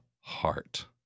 heart